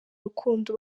rukundo